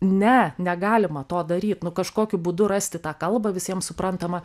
ne negalima to daryt nu kažkokiu būdu rasti tą kalbą visiem suprantamą